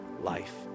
life